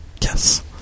Yes